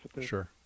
Sure